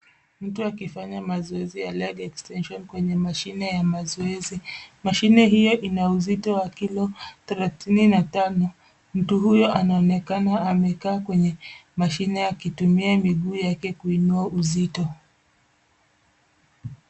Mtu akifanya mazoezi ya leg extension kwenye mashine ya mazoezi. Mashine hiyo ina uzito wa kilo thelathini na tano. Mtu huyo anaonekana amekaa kwenye mashine akitumia miguu yake kuinua uzito.